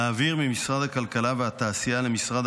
להעביר ממשרד הכלכלה והתעשייה למשרד